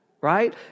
right